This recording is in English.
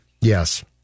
yes